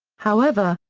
however,